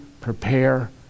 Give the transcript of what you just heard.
prepare